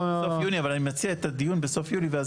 אבל אני מציע את הדיון בסוף יולי ואז